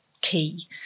key